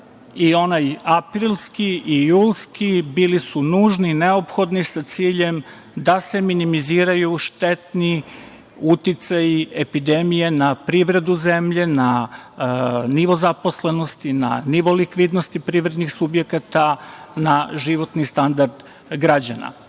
i onaj aprilski i julski, bili su nužni, neophodni, sa ciljem da se minimiziraju štetni uticaji epidemije na privredu zemlje, na nivo zaposlenosti, na nivo likvidnosti privrednih subjekata, na životni standard građana. Obzirom